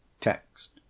text